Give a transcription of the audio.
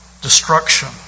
destruction